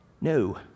No